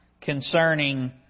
concerning